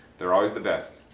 they are always the best.